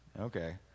Okay